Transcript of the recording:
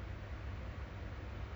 you kena lepas kerja eh